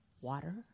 water